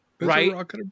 Right